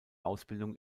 ausbildung